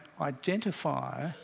identify